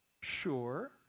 sure